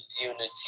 unity